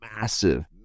Massive